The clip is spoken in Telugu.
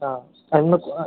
అందుకు